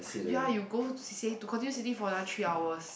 ya you go C_C_A to continue sitting for another three hours